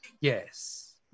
Yes